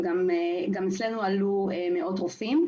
וגם אצלנו עלו מאות רופאים.